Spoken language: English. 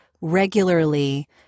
regularly